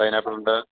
pineapple ഉണ്ട്